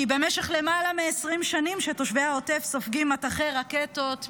כי במשך למעלה מ-20 שנים תושבי העוטף סופגים מטחי רקטות,